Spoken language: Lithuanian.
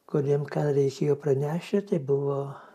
kuriem ką reikėjo pranešė tai buvo